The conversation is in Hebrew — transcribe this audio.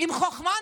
עם חוכמה.